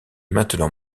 maintenant